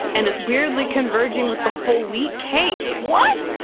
and it's weirdly converging with the whole wheat cake what?